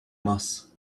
moss